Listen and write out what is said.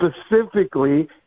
specifically